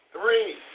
Three